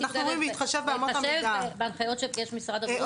בהתחשב בהנחיות שגיבש משרד הבריאות